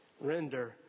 Render